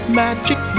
magic